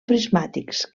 prismàtics